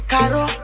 Caro